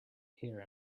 hear